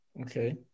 Okay